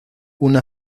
una